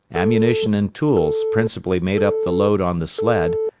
ammunition and tools principally made up the load on the sled,